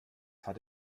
hat